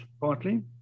partly